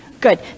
Good